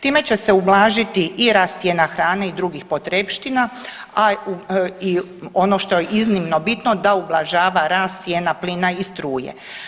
Time će se ublažiti i rast cijena hrane i drugih potrepština, a i ono što je iznimno bitno da ublažava rast cijena plina i struje.